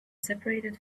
separated